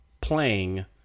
playing